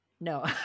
No